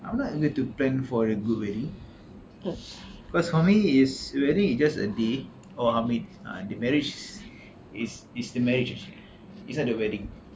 I I'm not going to plan for a good wedding uh because for me it's very just a day or the marriage is is the marriage actually it's not a wedding